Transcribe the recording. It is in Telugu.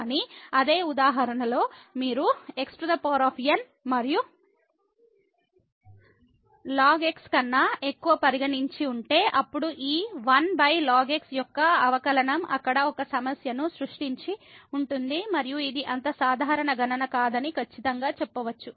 కానీ అదే ఉదాహరణలో మీరు xn మరియు ln x కన్నా ఎక్కువ పరిగణించి ఉంటే అప్పుడు ఈ 1ln x యొక్క అవకలనం అక్కడ ఒక సమస్యను సృష్టించి ఉంటుంది మరియు ఇది అంత సాధారణ గణన కాదని ఖచ్చితంగా చెప్పవచ్చు